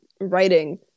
writing